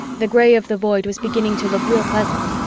the gray of the void was beginning to look real pleasant,